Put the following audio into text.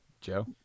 Joe